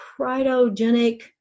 cryogenic